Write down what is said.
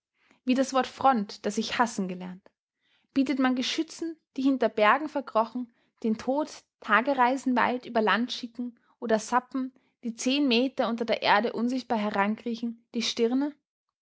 wie das wort front das ich hassen gelernt bietet man geschützen die hinter bergen verkrochen den tod tagereisenweit über land schicken oder sappen die zehn meter unter der erde unsichtbar herankriechen die stirne